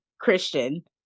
Christian